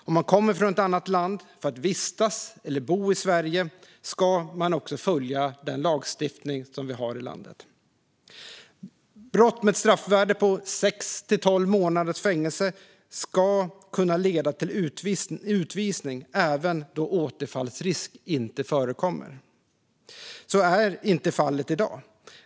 Om man kommer från ett annat land för att vistas eller bo i Sverige ska man också följa den lagstiftning som vi har här i landet. Brott med ett straffvärde på sex till tolv månaders fängelse ska kunna leda till utvisning även då återfallsrisk inte föreligger. Så är inte fallet i dag.